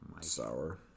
Sour